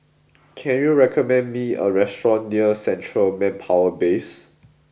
can you recommend me a restaurant near Central Manpower Base